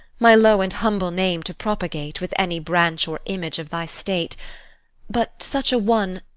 my low and humble name to propagate with any branch or image of thy state but such a one,